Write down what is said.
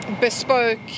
bespoke